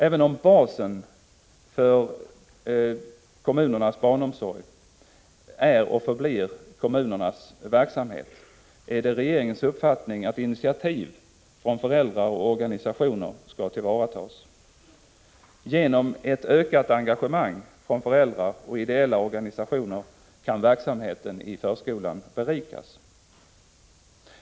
Även om basen för kommunernas barnomsorg är och förblir kommunernas verksamhet är det regeringens uppfattning att initiativ från föräldrar och organisationer skall tillvaratas. Genom ett ökat engagemang från föräldrar och ideella organisationer kan verksamheten i förskolan berikas.